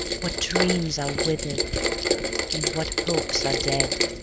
what dreams are withered and what hopes are dead!